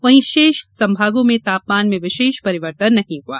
वहीं शेष संभागों में तापमान में विशेष परिवर्तन नहीं हुआ